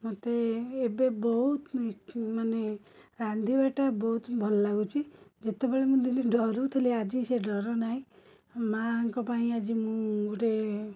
ମୋତେ ଏବେ ବହୁତ ମାନେ ରାନ୍ଧିବାଟା ବହୁତ ଭଲ ଲାଗୁଛି ଯେତେବେଳେ ମୁଁ ଦିନେ ଡରୁଥିଲି ଆଜି ସେ ଡର ନାହିଁ ମାଁ ଙ୍କ ପାଇଁ ଆଜି ମୁଁ ଗୋଟେ